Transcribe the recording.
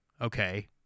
okay